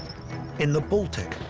in the baltic,